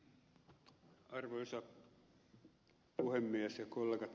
arvoisa puhemies ja kollegat